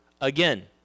again